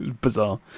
Bizarre